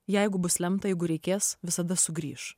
jeigu bus lemta jeigu reikės visada sugrįš